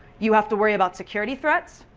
you have to worry about security threats,